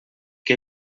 que